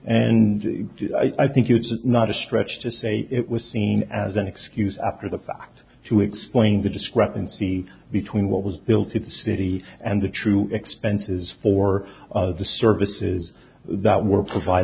and i think it's not a stretch to say it was seen as an excuse after the fact to explain the discrepancy between what was built in the city and the true expenses for the services that were provide